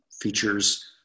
features